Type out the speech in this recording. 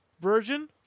version